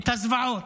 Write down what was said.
את הזוועות.